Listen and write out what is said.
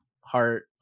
heart